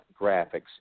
Graphics